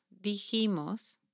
dijimos